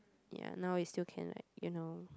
ya now we still can like you know